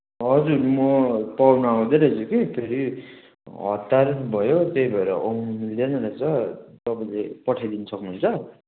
हजुर म पहुना आउँदै रहेछ कि फेरि हतार भयो त्यही भएर आउनु मिल्दैन रहेछ तपाईँले पठाइदिनु सक्नुहुन्छ